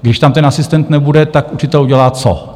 Když tam ten asistent nebude, tak učitel udělá co?